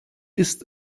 ist